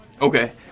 Okay